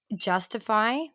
justify